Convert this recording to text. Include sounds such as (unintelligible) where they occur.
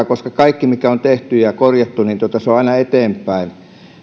(unintelligible) koska kaikki mikä on tehty ja korjattu on aina eteenpäin